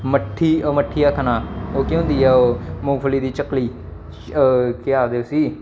मट्ठी मट्ठी आक्खा ना ओह् केह् होंदी ऐ ओह् मुंगफली दी चकली केह् आखदे उसी